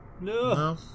No